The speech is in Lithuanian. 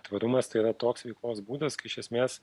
tvarumas tai yra toks veiklos būdas kai iš esmės